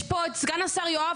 יש פה את סגן השר יואב,